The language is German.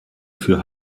für